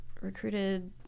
recruited